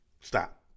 Stop